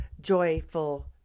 joyful